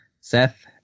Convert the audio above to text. Seth